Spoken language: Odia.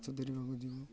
ମାଛ ଧରିବାକୁ ଯିବୁ